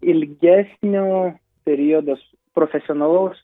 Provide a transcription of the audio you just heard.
ilgesnio periodas profesionalaus